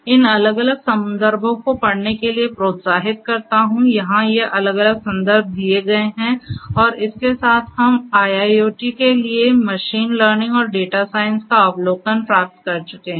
इन अलग अलग संदर्भों को पढ़ने के लिए प्रोत्साहित करता हूं यहां ये अलग अलग संदर्भ दिए गए हैं और इसके साथ हम IIoT के लिए मशीन लर्निंग और डेटा साइंस का अवलोकन प्राप्त कर चुके हैं